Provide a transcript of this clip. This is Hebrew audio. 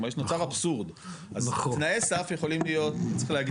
כלומר נוצר אבסורד, תנאי סף צריכים להגדיר,